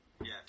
Yes